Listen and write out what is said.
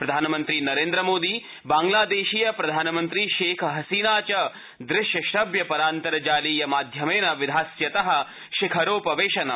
प्रधानमन्त्री नरेन्द्रमोदी बांग्लादेशीय प्रधानमन्त्री शेख हसीना च दृश्य श्रव्य परान्तर्जालीय माध्ययेन विधास्यन्त शिखरोपवेशनम्